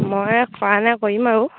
মই কৰা নাই কৰিম আৰু